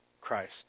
Christ